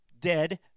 dead